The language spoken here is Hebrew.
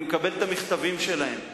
אני מקבל את המכתבים שלהם,